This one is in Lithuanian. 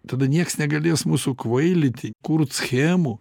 tada nieks negalės mūsų kvailyti kurt schemų